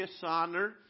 dishonor